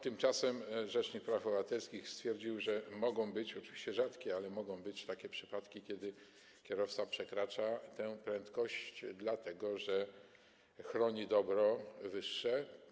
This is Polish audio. Tymczasem rzecznik praw obywatelskich stwierdził, że mogą być, oczywiście rzadko, ale mogą być takie przypadki, kiedy kierowca przekracza prędkość, dlatego że chroni dobro wyższe.